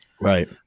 Right